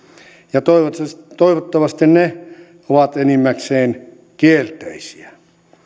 ja toivottavasti ne ovat enimmäkseen kielteisiä